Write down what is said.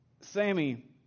Sammy